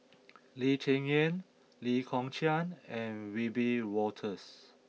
Lee Cheng Yan Lee Kong Chian and Wiebe Wolters